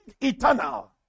eternal